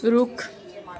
ਰੁੱਖ